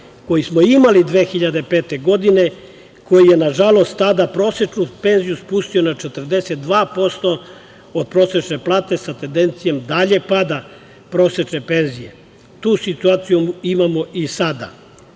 koji smo imali 2005. godine, koji je, nažalost, tada prosečnu penziju spustio na 42% od prosečne plate sa tendencijom daljeg pada prosečne penzije. Tu situaciju imamo i sada.Za